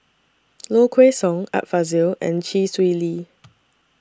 Low Kway Song Art Fazil and Chee Swee Lee